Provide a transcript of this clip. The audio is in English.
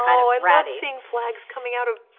kind of i love seeing flags coming out of